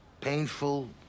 Painful